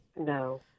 No